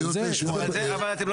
אני רוצה לשמוע את --- אבל אתם לא